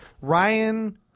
Ryan